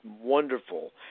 wonderful